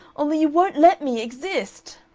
only you won't let me exist!